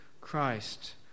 Christ